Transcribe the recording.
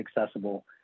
accessible